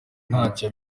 ntacyo